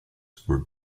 for